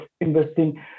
investing